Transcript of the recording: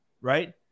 Right